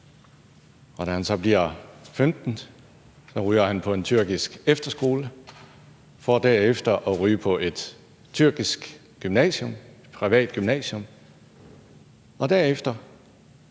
Da han så bliver 15 år, ryger han på en tyrkisk efterskole – for derefter at ryge på et tyrkisk gymnasium, et privat gymnasium. Og derefter